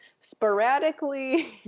sporadically